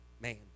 man